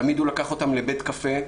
תמיד הוא לקח אותן לבית קפה,